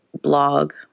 blog